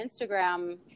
Instagram